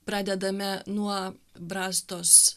pradedame nuo brastos